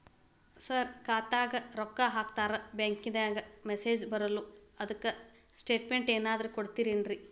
ನನ್ ಖಾತ್ಯಾಗ ರೊಕ್ಕಾ ಹಾಕ್ಯಾರ ಬ್ಯಾಂಕಿಂದ ಮೆಸೇಜ್ ಬರವಲ್ದು ಅದ್ಕ ಸ್ಟೇಟ್ಮೆಂಟ್ ಏನಾದ್ರು ಕೊಡ್ತೇರೆನ್ರಿ?